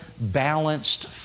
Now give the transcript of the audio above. balanced